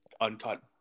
uncut